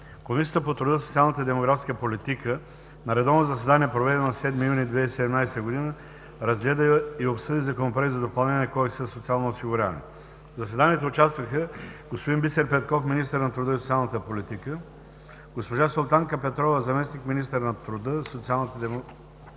Комисията по труда, социалната и демографската политика на редовно заседание, проведено на 7 юни 2017 г., разгледа и обсъди Законопроекта за допълнение на Кодекса за социално осигуряване. В заседанието участваха: господин Бисер Петков – министър на труда и социалната политика, госпожа Султанка Петрова – заместник-министър на труда и социалната политика,